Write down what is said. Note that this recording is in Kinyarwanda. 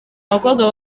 abakobwa